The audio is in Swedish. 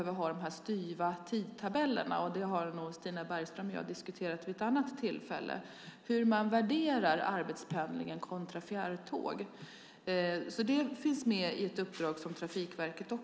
Vid ett tidigare tillfälle har Stina Bergström och jag diskuterat hur man värderar arbetspendling kontra fjärrtåg. Detta finns med i det uppdrag som Trafikverket har.